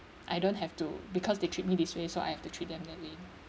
I don't have to because they treat me this way so I have to treat them that way